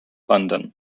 london